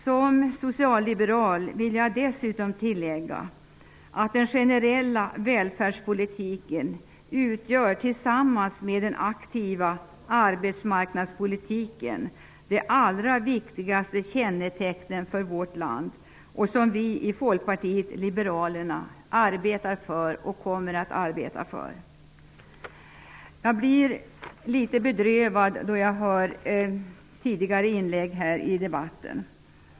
Som socialliberal vill jag tillägga att den generella välfärdspolitiken tillsammans med den aktiva arbetsmarknadspolitiken är det allra viktigaste kännetecknet för vårt land, och den har vi i Folkpartiet liberalerna arbetat för och kommer att arbeta för. Jag har blivit litet bedrövad då jag har hört tidigare inlägg i debatten.